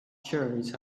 shirts